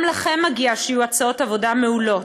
גם לכם מגיע שיהיו הצעות עבודה מעולות,